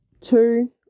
Two